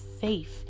safe